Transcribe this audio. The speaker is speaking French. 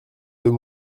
deux